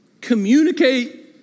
Communicate